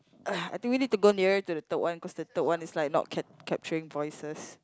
!ugh! I think we need to go nearer to the third one cause the third one is like not cap~ capturing voices